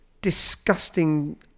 disgusting